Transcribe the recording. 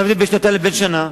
מה ההבדל בין שנתיים לבין שנה?